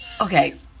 okay